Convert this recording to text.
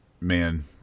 man